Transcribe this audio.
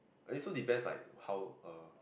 it also depends like how err